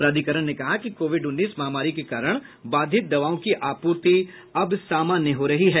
प्राधिकरण ने कहा कि कोविड उन्नीस महामारी के कारण बाधित दवाओं की आपूर्ति अब सामान्य हो रही है